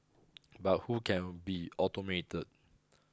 but who can be automated